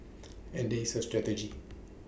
and there is A strategy